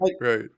right